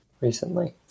recently